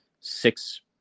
six